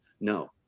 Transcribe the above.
no